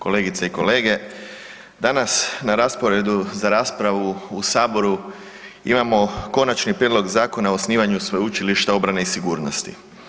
Kolegice i kolege, danas na rasporedu za raspravu u saboru imamo Konačni prijedlog Zakona o osnivanju Sveučilišta obrane i sigurnosti.